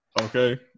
Okay